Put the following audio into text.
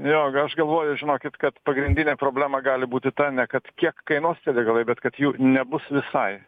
jo aš galvoju žinokit kad pagrindinė problema gali būti ta ne kad kiek kainuos tie degalai bet kad jų nebus visai